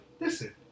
listen